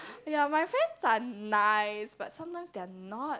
ya my friends are nice but sometimes they are not